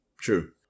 true